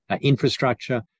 infrastructure